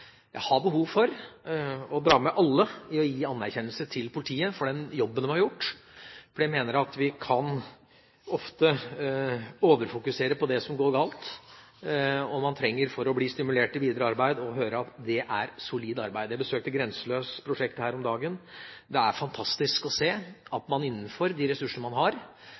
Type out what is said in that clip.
Jeg har behov for å dra med alle for å gi anerkjennelse til politiet for den jobben de har gjort. Jeg mener at vi ofte overfokuserer på det som går galt, men for å bli stimulert til videre arbeid trenger man å høre at det er et solid arbeid. Jeg besøkte Grenseløs-prosjektet her om dagen. Det er fantastisk å se at man innenfor de ressursene man har,